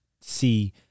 see